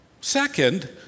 Second